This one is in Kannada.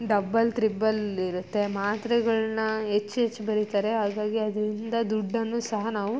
ಡಬ್ಬಲ್ ತ್ರಿಬ್ಬಲ್ ಇರುತ್ತೆ ಮಾತ್ರೆಗಳನ್ನ ಹೆಚ್ಚು ಹೆಚ್ಚು ಬರೀತಾರೆ ಹಾಗಾಗಿ ಅದರಿಂದ ದುಡ್ಡನ್ನು ಸಹ ನಾವು